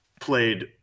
played